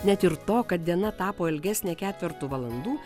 net ir to kad diena tapo ilgesnė ketvertu valandų